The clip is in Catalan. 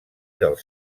dels